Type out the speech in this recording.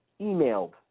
emailed